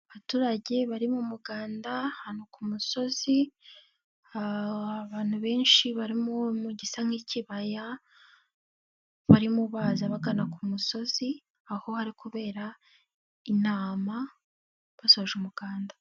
Abaturage bari mu muganda, ahantu ku musozi, abantu benshi barimo mu gisa nk'ikibaya, barimo baza bagana ku musozi, aho hari kubera inama basoje umuganda.